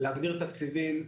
להגדיל תקציבים,